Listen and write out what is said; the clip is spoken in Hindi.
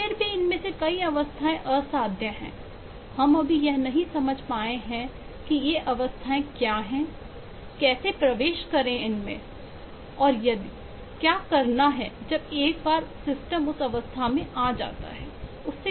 फिर भी इनमें से कई अवस्थाएं असाध्य हैं हम अभी यह नहीं समझ पाए हैं कि ये अवस्थाएं क्या हैं कैसे प्रवेश करेंउन अवस्थाओं में क्या करना है जब एक बार आपका सिस्टम उस अवस्था में आ जाता है उससे कैसे बाहर निकलना है